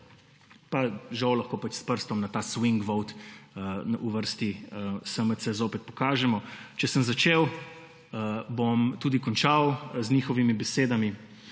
žal lahko s prstom na ta swing vote uvrsti SMC zopet pokažemo. Če sem začel, bom tudi končal z njihovimi besedami.